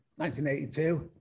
1982